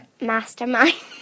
mastermind